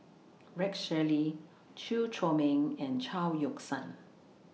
Rex Shelley Chew Chor Meng and Chao Yoke San